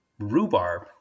rhubarb